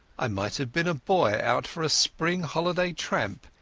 i might have been a boy out for a spring holiday tramp,